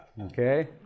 Okay